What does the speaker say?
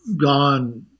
gone